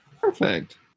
Perfect